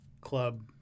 club